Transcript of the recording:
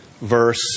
verse